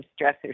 stressors